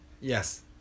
Yes